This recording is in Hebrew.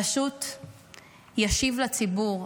פשוט ישיב לציבור.